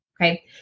Okay